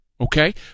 Okay